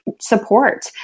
support